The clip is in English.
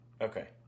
okay